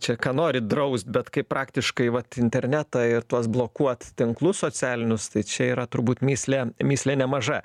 čia ką nori draust bet kaip praktiškai vat internetą ir tuos blokuot tinklus socialinius tai čia yra turbūt mįslė mįslė nemaža